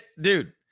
dude